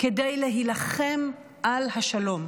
כדי להילחם על השלום.